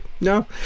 no